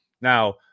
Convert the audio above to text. Now